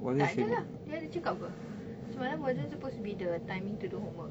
tak ada lah dia ada cakap apa semalam wasn't supposed to be the timing to do homework